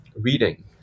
reading